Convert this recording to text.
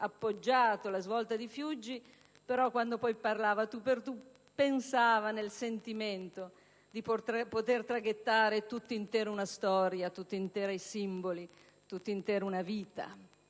appoggiato la svolta di Fiuggi, quando parlava a tu per tu pensasse, col sentimento, di poter traghettare tutta intera una storia, tutti interi i simboli, tutta intera una vita